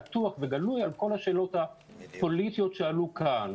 פתוח וגלוי על כל השאלות הפוליטיות שעלו כאן.